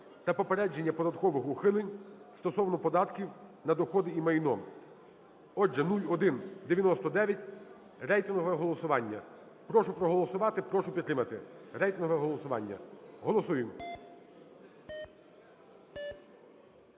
та попередження податкових ухилень стосовно податків на доходи і майно. Отже, 0199, рейтингове голосування. Прошу проголосувати, прошу підтримати, рейтингове голосування. Голосуємо.